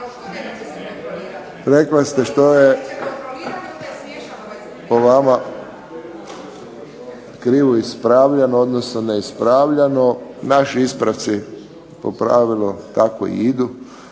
Rekli ste što je po vama krivo ispravljeno odnosno neispravljeno. Naši ispravci po pravilu tako i idu.